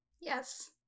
Yes